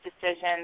decisions